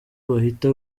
bahita